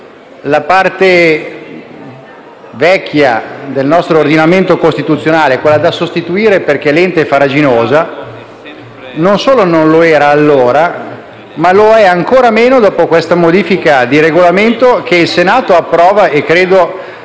la parte vecchia del nostro ordinamento costituzionale, quella da sostituire perché lenta e farraginosa, non solo non lo era allora, ma lo è ancora meno dopo questa modifica del Regolamento che il Senato approva - credo